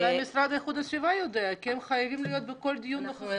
אולי המשרד להגנת הסביבה יודע כי הם חייבים להיות נוכחים בכל דיון.